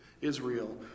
Israel